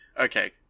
okay